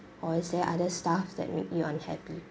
or is there other staff that make you unhappy